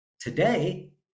today